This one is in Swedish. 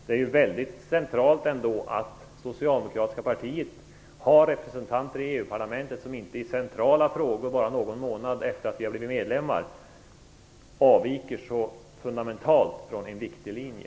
Det är ändå uppseendeväckande att Socialdemokratiska partiet har representanter i EU-parlamentet som i centrala frågor, bara någon månad efter att Sverige har blivit medlem, avviker så fundamentalt från en viktig linje.